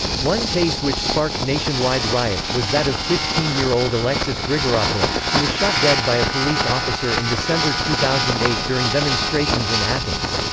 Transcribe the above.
one case which sparked nationwide riots was that of fifteen year old alexis grigoropoulos, who was shot dead by a police officer in december two thousand and eight during demonstrations in athens.